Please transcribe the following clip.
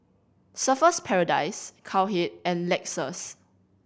Surfer's Paradise Cowhead and Lexus